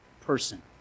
person